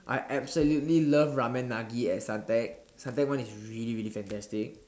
I absolutely love ramen-nagi at Suntec Suntec one is really really fantastic